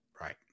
right